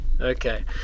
Okay